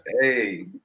hey